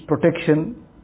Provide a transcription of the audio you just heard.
protection